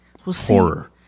horror